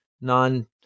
non